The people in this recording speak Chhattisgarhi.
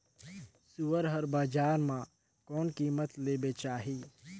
सुअर हर बजार मां कोन कीमत ले बेचाही?